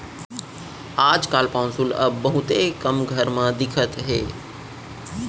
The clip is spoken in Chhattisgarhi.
आज काल पौंसुल अब बहुते कम घर म दिखत हे